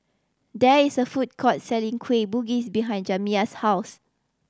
there is a food court selling Kueh Bugis behind Jamya's house